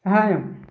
సహాయం